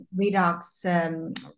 redox